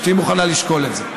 שתהיי מוכנה לשקול את זה.